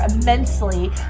immensely